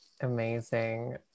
Amazing